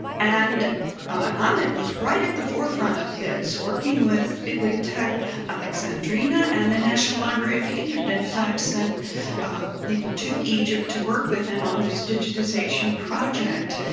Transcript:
and ahmed was right at the forefront of this, working with bibliotech alexandrina and the national library of egypt and in fact sent people to egypt to work with them on this digitization project.